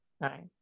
Right